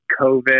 covid